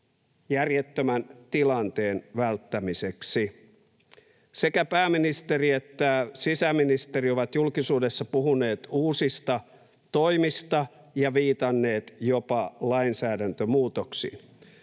järjettömän tilanteen välttämiseksi? Sekä pääministeri että sisäministeri ovat julkisuudessa puhuneet uusista toimista ja viitanneet jopa lainsäädäntömuutoksiin.